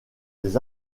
des